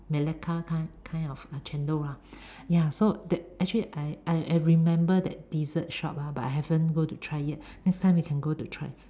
Malacca kind kind of ah chendol lah ya so that actually I I I remember that dessert shop ah but I haven't go to try yet next time we can go to try